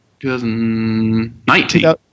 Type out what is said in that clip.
2019